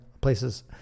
places